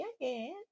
again